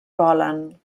volen